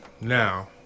now